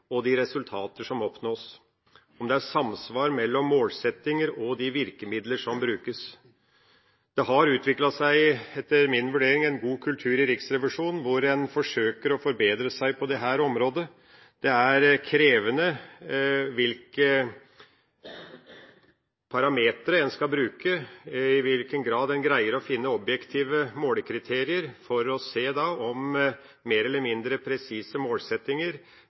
og de resultater som oppnås, og om det er samsvar mellom målsettinger og de virkemidler som brukes. Det har, etter min vurdering, utviklet seg en god kultur i Riksrevisjonen hvor en forsøker å forbedre seg på dette området. Det er krevende å avgjøre hvilke parametre en skal bruke – i hvilken grad en greier å finne objektive målekriterier for å se om mer eller mindre presise målsettinger